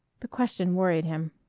the question worried him.